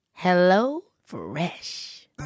HelloFresh